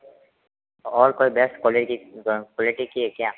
और कोई best quality quality की है क्या